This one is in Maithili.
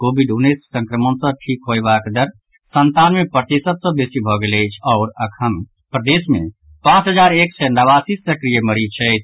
कोविड उन्नैस संक्रमण सँ ठीक होयवाक दर सन्तानवे प्रतिशत सँ बेसी भऽ गेल अछि आओर अखन प्रदेश मे पांच हजार एक सय नवासी सक्रिय मरीज छथि